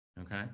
Okay